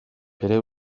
bere